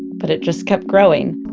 but it just kept growing